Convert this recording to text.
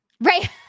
Right